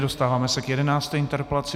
Dostáváme se k jedenácté interpelaci.